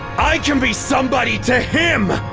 i can be somebody to him,